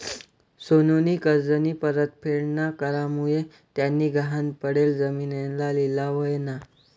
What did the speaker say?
सोनूनी कर्जनी परतफेड ना करामुये त्यानी गहाण पडेल जिमीनना लिलाव व्हयना